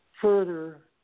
further